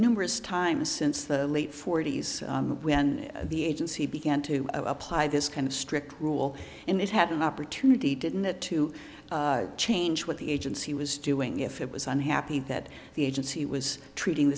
numerous times since the late forty's when the agency began to apply this kind of strict rule in it happen opportunity didn't it to change what the agency was doing if it was unhappy that the agency was treating